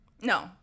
No